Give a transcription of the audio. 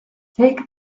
take